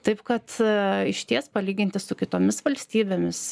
taip kad išties palyginti su kitomis valstybėmis